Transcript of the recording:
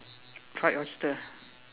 fried oyster